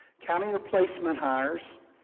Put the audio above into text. counting replacement hires,